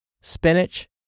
spinach